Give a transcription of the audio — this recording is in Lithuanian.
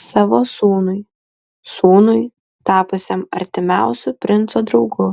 savo sūnui sūnui tapusiam artimiausiu princo draugu